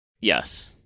Yes